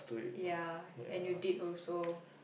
ya and you did also